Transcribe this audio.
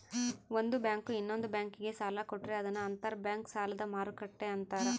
ಒಂದು ಬ್ಯಾಂಕು ಇನ್ನೊಂದ್ ಬ್ಯಾಂಕಿಗೆ ಸಾಲ ಕೊಟ್ರೆ ಅದನ್ನ ಅಂತರ್ ಬ್ಯಾಂಕ್ ಸಾಲದ ಮರುಕ್ಕಟ್ಟೆ ಅಂತಾರೆ